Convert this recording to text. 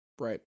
Right